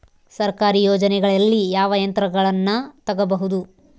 ಸರ್ಕಾರಿ ಯೋಜನೆಗಳಲ್ಲಿ ಯಾವ ಯಂತ್ರಗಳನ್ನ ತಗಬಹುದು?